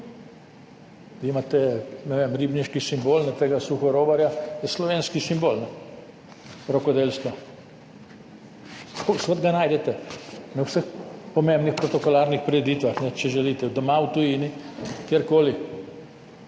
vem, ribniški simbol, tega suhorobarja, je slovenski simbol rokodelstva. Povsod ga najdete, na vseh pomembnih protokolarnih prireditvah, če želite, doma, v tujini, kjerkoli.